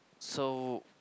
so